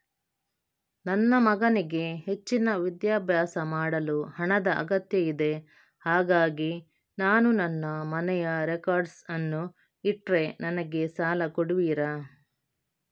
ನನ್ನ ಮಗನಿಗೆ ಹೆಚ್ಚಿನ ವಿದ್ಯಾಭ್ಯಾಸ ಮಾಡಲು ಹಣದ ಅಗತ್ಯ ಇದೆ ಹಾಗಾಗಿ ನಾನು ನನ್ನ ಮನೆಯ ರೆಕಾರ್ಡ್ಸ್ ಅನ್ನು ಇಟ್ರೆ ನನಗೆ ಸಾಲ ಕೊಡುವಿರಾ?